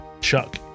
Chuck